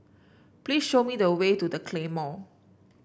please show me the way to The Claymore